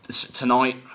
tonight